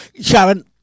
Sharon